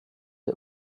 der